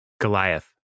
Goliath